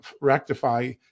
rectify